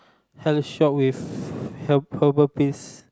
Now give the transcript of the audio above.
health shop with herbal pills